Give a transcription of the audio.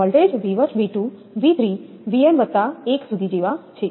અને વોલ્ટેજ 𝑉1 𝑉2 𝑉3 𝑉𝑛1 સુધી જેવા છે